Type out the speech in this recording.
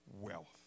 Wealth